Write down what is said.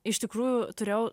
iš tikrųjų turėjau